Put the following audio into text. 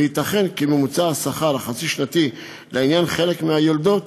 וייתכן כי ממוצע השכר החצי-שנתי לעניין חלק מהיולדות,